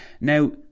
Now